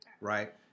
right